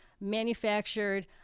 manufactured